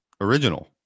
original